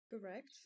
Correct